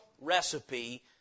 recipe